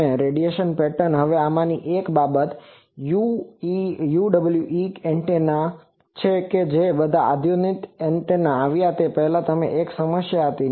અને radiation pattern હવે આમાંની એક બાબત આ UWE એન્ટેનાની છે કે આ બધા આધુનિક એન્ટેના આવ્યા તે પહેલાં તેમને એક સમસ્યા હતી